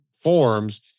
forms